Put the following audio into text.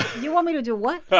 you want me to do what?